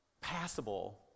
passable